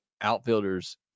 outfielders